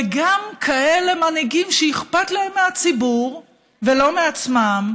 וגם מנהיגים כאלה שאכפת להם מהציבור ולא מעצמם.